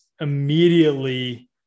immediately